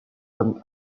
comme